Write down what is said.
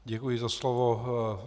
Děkuji za slovo.